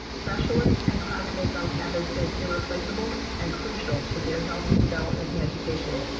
specialists, and classmates on campus is irreplaceable and crucial to their healthy development and education.